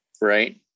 right